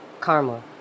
Karma